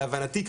להבנתי,